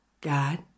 God